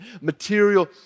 material